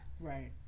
Right